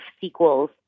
sequels